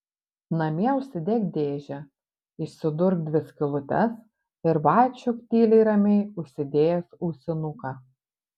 namie užsidėk dėžę išsidurk dvi skylutes ir vaikščiok tyliai ramiai užsidėjęs ausinuką